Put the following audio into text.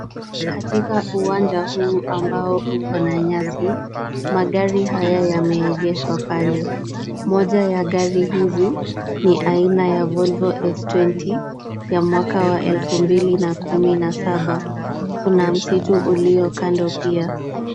Katika uwanja huu ambao uko na nyasi, magari haya yameegeshwa pale. Moja ya gari hizi ni aina ya Volvo S20 ya mwaka wa elfu mbili na kumi na saba. Kuna msitu ulio kando pia.